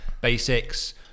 basics